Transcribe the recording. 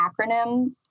acronym